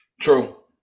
True